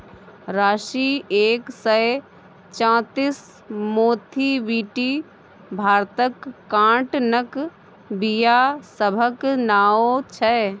राशी एक सय चौंतीस, मोथीबीटी भारतक काँटनक बीया सभक नाओ छै